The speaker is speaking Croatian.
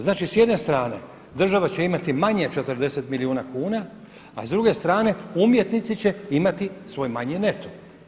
Znači, s jedne strane država će imati manje 40 milijuna kuna, a s druge strane umjetnici će imati svoj manji neto.